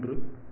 மூன்று